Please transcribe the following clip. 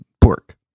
Pork